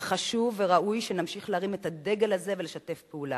וחשוב וראוי שנמשיך להרים את הדגל הזה ולשתף פעולה.